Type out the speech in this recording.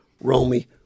Romy